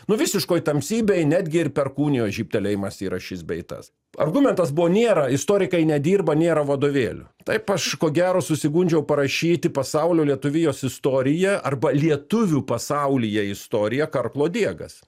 nu visiškoj tamsybėj netgi ir perkūnijos žybtelėjimas yra šis bei tas argumentas buvo nėra istorikai nedirba nėra vadovėlių taip aš ko gero susigundžiau parašyti pasaulio lietuvijos istoriją arba lietuvių pasaulyje istoriją karklo diegas